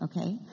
okay